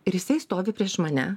ir jisai stovi prieš mane